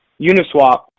uniswap